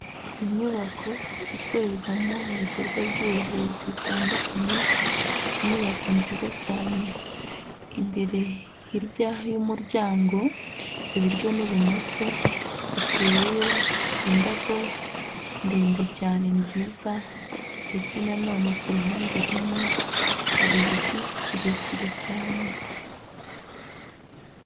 Inyubako ikorerwamo ibikorwa by'ubuvuzi butandukanye, ni inyubako nziza cyane, imbere hirya y'umuryango iburyo n'ibumoso, hateyeyo indabo ndende cyane nziza ndetse nanone ku ruhande rumwe, hari igiti kirekire cyane.